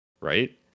Right